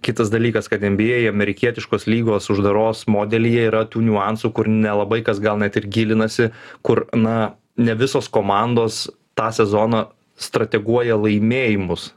kitas dalykas kad nba amerikietiškos lygos uždaros modelyje yra tų niuansų kur nelabai kas gal net ir gilinasi kur na ne visos komandos tą sezoną strateguoja laimėjimus